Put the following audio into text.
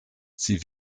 sie